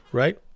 right